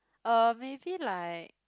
uh maybe like